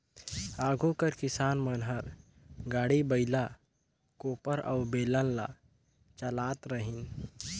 आघु कर किसान मन हर गाड़ी, बइला, कोपर अउ बेलन ल चलात रहिन